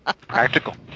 Practical